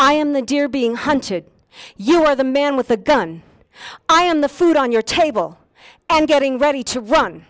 i am the deer being hunted you are the man with a gun i am the food on your table and getting ready to run